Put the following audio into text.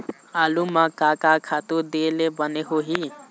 आलू म का का खातू दे ले बने होही?